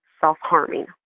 self-harming